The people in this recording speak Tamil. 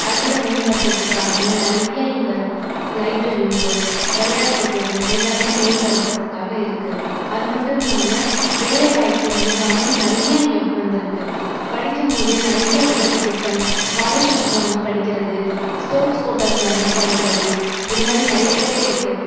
அறிவை மேம்படுத்துறதுக்கான நிறைய இங்கே லைப்ரரிஸ் விளையாட்டுத்திறன் எல்லாமே மேம்படுத்துறதுக்காக இருக்கு அது மட்டும் இல்லாமல் வேலைவாய்ப்பு முகாமும் நிறைய இங்கே வந்திருக்கு படிக்கும்போதே நிறைய உதவித்திட்டம் ஸ்காலர்ஷிப்ஸ் மூலமாக படிக்கிறது ஸ்போர்ட்ஸ் கோட்டாஸ் மூலமாக படிக்கிறது இது மாதிரி நிறையவே இருக்கு